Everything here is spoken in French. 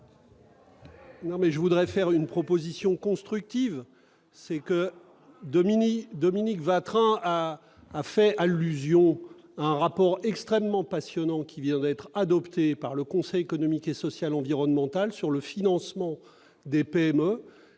vote. Je ferai une proposition constructive. Dominique Watrin a fait allusion à un rapport extrêmement passionnant qui vient d'être adopté par le Conseil économique, social et environnemental sur le financement des PME